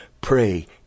Pray